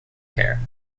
care